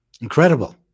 incredible